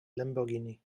lamborghini